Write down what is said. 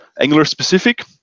Angular-specific